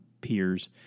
peers